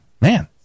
Man